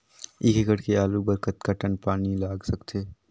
एक एकड़ के आलू बर कतका टन पानी लाग सकथे?